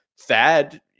Thad